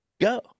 go